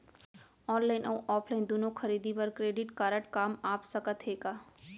Online अऊ offline दूनो खरीदी बर क्रेडिट कारड काम आप सकत हे का?